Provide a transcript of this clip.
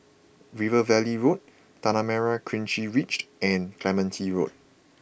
River Valley Road Tanah Merah Kechil Ridged and Clementi Road